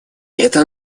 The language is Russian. это